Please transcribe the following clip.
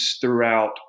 throughout